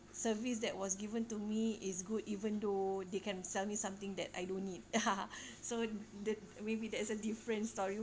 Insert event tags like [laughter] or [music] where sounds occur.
service that was given to me is good even though they can sell me something that I don't need [laughs] so the maybe that's a different story